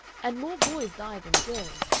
and more boys die than girls,